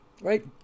right